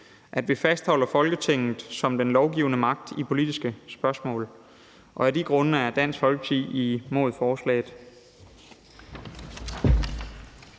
vis og fastholde Folketinget som den lovgivende magt i politiske spørgsmål, og af de grunde er Dansk Folkeparti imod forslaget.